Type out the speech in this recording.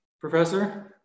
Professor